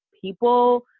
People